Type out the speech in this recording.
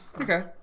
Okay